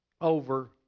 over